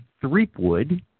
Threepwood